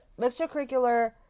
Extracurricular